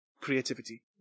creativity